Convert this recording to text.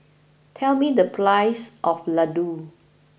tell me the price of Ladoo